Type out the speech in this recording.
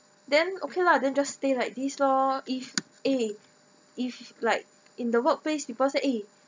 then okay lah then just stay like this lor if eh if like in the workplace people said eh